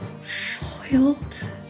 foiled